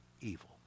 evil